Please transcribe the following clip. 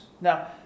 Now